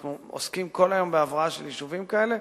אנחנו עוסקים כל היום בהבראה של יישובים כאלה.